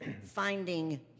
finding